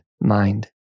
mind